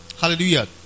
Hallelujah